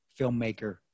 filmmaker